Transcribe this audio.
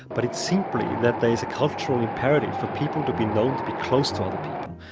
but it's simply that there is a cultural imperative for people to be known to be close to other people.